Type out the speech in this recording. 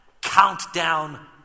Countdown